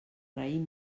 raïm